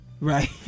Right